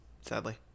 Sadly